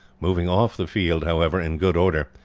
moving off the field, however, in good order,